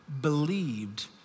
believed